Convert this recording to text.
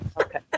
Okay